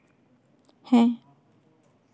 ᱦᱮᱸ